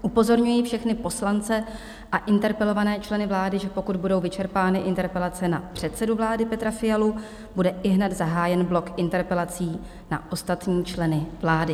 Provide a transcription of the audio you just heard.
Upozorňuji všechny poslance a interpelované členy vlády, že pokud budou vyčerpány interpelace na předsedu vlády Petra Fialu, bude ihned zahájen blok interpelací na ostatní členy vlády.